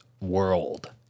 world